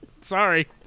sorry